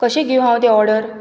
कशी घेवं हांव ती ऑर्डर